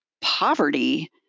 poverty